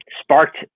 sparked